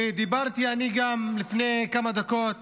דיברתי לפני כמה דקות